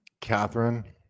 Catherine